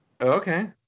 Okay